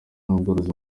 n’ubworozi